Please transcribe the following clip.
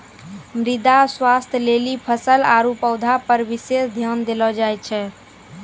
मृदा स्वास्थ्य लेली फसल आरु पौधा पर विशेष ध्यान देलो जाय छै